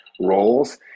roles